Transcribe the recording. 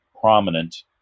prominent